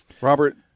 Robert